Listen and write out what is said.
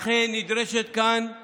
לכן נדרשת כאן